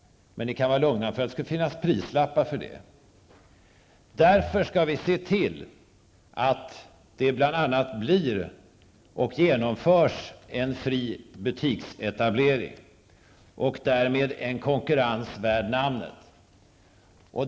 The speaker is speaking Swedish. Men ni kan vara lugna för att det skulle finnas prislappar för det! Därför skall vi se till att det bl.a. blir en fri butiksetablering och därmed en konkurrens värd namnet.